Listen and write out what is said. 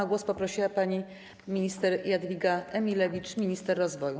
O głos poprosiła pani minister Jadwiga Emilewicz, minister rozwoju.